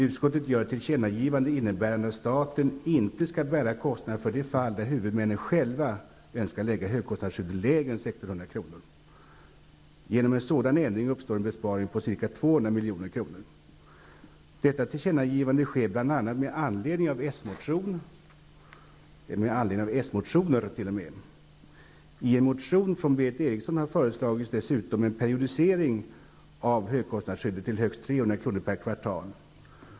Utskottet gör ett tillkännagivande, innebärande att staten inte skall bära kostnaderna för de fall där huvudmännen själva önskar lägga högkostnadsskyddet lägre än 1 600 kr. Genom en sådan ändring uppstår en besparing på ca 200 kr. per kvartal.